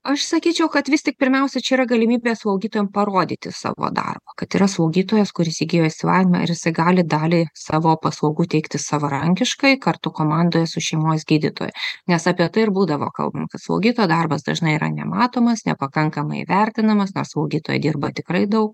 aš sakyčiau kad vis tik pirmiausiai čia yra galimybė slaugytojom parodyti savo darbą kad yra slaugytojas kuris įgijo išsilavinimą ir jisai gali dalį savo paslaugų teikti savarankiškai kartu komandoje su šeimos gydytoja nes apie tai ir būdavo kalbama kad slaugytojo darbas dažnai yra nematomas nepakankamai įvertinamas nes slaugytoja dirba tikrai daug